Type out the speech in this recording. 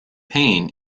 pain